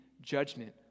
judgment